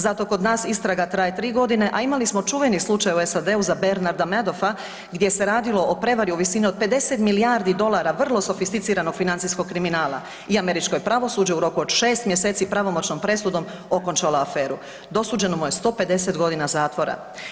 Zato kod nas istraga traje 3.g. A imali smo čuvani slučaju u SAD-u za Bernarda Madoffa gdje se radilo o prevari u visini od 50 milijardi dolara vrlo sofisticiranog financijskog kriminala i američko je pravosuđe u roku od 6 mjeseci pravomoćnom presudom okončala aferu, dosuđeno mu je 150.g. zatvora.